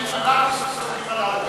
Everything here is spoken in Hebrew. הילדים סומכים על ההורים,